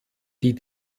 die